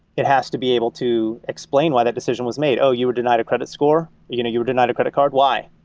it has to be able to explain why that decision was made. oh, you were denied a credit score, or you know you were denied a credit card. why?